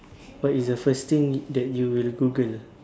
what is the first thing that you will Google